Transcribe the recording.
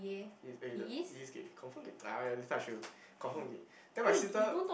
he is eh the he is gay confirm gay !aiya! later I show you confirm gay then my sister